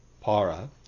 para